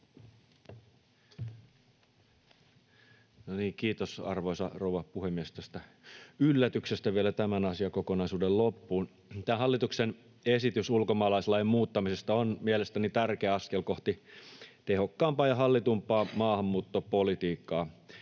kiitos, arvoisa rouva puhemies tästä yllätyksestä vielä tämän asiakokonaisuuden loppuun! Tämä hallituksen esitys ulkomaalaislain muuttamisesta on mielestäni tärkeä askel kohti tehokkaampaa ja hallitumpaa maahanmuuttopolitiikkaa.